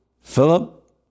Philip